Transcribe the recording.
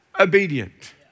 obedient